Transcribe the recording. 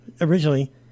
originally